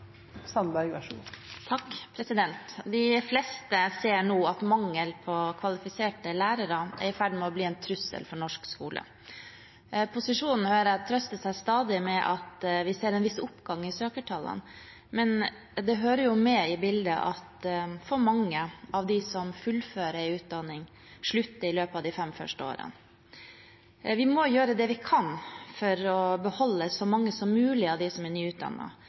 i ferd med å bli en trussel for norsk skole. Posisjonen, hører jeg, trøster seg stadig med at vi ser en viss oppgang i søkertallene, men det hører med i bildet at for mange av dem som fullfører utdanningen, slutter i løpet av de fem første årene. Vi må gjøre det vi kan for å beholde så mange som mulig av dem som er